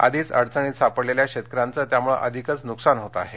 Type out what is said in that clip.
आधीच अडचणीत सापडलेल्या शेतकऱ्यांचं त्यामूळं अधिकच नुकसान होत आहे